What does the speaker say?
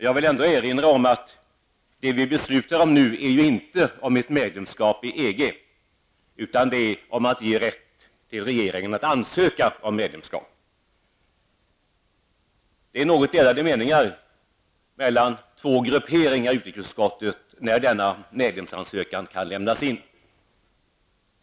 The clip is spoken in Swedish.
Jag vill ändå erinra om att det vi beslutar om nu inte är ett medlemskap i EG, utan det är om att ge rätt till regeringen att ansöka om medlemskap. Det finns något delade meningar mellan två grupperingar i utrikesutskottet om när denna ansökan kan lämnas in.